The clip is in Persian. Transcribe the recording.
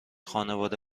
خانواده